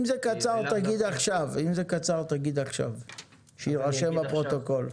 אם זה קצר תגיד עכשיו שיירשם בפרוטוקול.